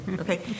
okay